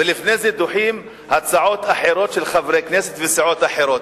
ולפני זה דוחים הצעות אחרות של חברי כנסת וסיעות אחרות?